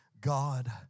God